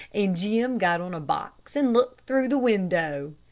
and jim got on a box and looked through the window.